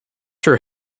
her